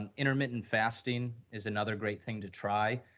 and intermittent fasting is another great thing to try,